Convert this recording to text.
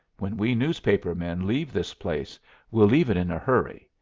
when we newspaper men leave this place we'll leave it in a hurry,